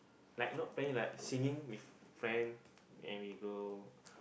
like not playing like singing with friend and we go